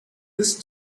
this